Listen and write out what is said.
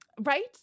right